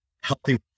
healthy